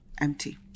empty